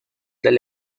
del